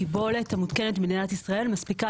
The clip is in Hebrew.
הקיבולת המותקנת במדינת ישראל מספיקה